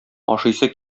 ашыйсы